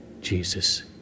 Jesus